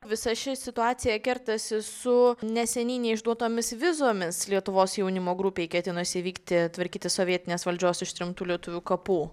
visa ši situacija kertasi su neseniai neišduotomis vizomis lietuvos jaunimo grupei ketinusiai vykti tvarkyti sovietinės valdžios ištremtų lietuvių kapų